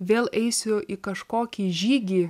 vėl eisiu į kažkokį žygį